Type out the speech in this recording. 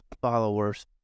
followers